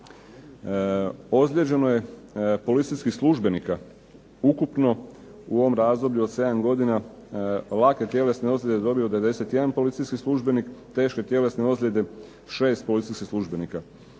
Ozlijeđeno je policijskih službenika ukupno u ovom razdoblju od 7 godine, lake tjelesne ozljede je dobio 91 policijski službenih, teške tjelesne ozljede 6 policijskih službenika.